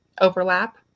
overlap